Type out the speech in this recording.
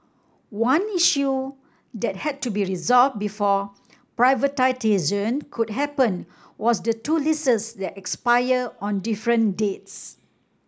one issue that had to be resolve before privatisation could happen was the two leases that expire on different dates